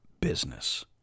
business